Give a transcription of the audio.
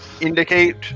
indicate